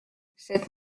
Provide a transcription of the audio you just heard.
cette